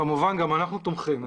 כמובן, גם אנחנו תומכים.